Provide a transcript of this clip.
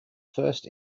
first